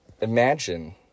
imagine